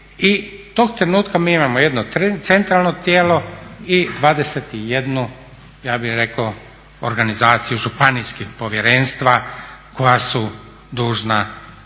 i tog trenutka mi imamo jedno centralno tijelo i 21 ja bih rekao organizaciju županijskih povjerenstava koja su dužna